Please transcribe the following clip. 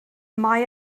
mae